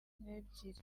nk’ebyiri